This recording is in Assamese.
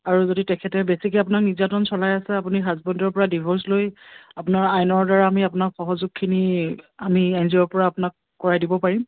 আৰু যদি তেখেতে বেছিকৈ আপোনাক নিৰ্যাতন চলাই আছে আপুনি হাজবেণ্ডৰ পৰা ডিভৰ্চ লৈ আপোনাৰ আইনৰ দ্বাৰা আমি আপোনাক সহযোগখিনি আমি এন জি অ'ৰ পৰা আপোনাক কৰাই দিব পাৰিম